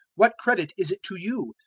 what credit is it to you?